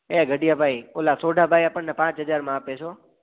એ ગઢીયાભાઈ ઓલા સોઢાભાઈ આપણને પાંચ હજારમાં આપે છે હોં